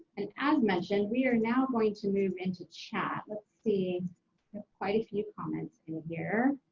and as mentioned, we are now going to move into chat. let's see, got quite a few comments in here.